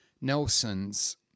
Nelson's